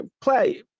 play